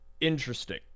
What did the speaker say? Interesting